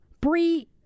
Bree